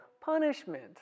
punishment